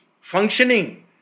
functioning